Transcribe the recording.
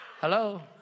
Hello